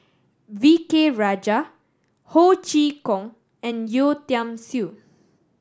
V K Rajah Ho Chee Kong and Yeo Tiam Siew